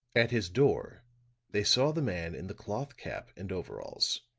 at his door they saw the man in the cloth cap and overalls.